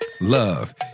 Love